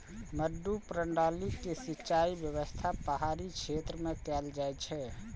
मड्डू प्रणाली के सिंचाइ व्यवस्था पहाड़ी क्षेत्र मे कैल जाइ छै